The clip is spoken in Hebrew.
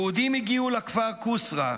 יהודים הגיעו לכפר קוסרה,